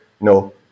no